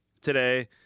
today